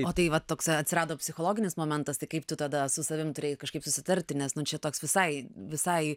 o tai va toks atsirado psichologinis momentas tai kaip tu tada su savim turėjai kažkaip susitarti nes nu čia toks visai visai